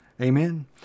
amen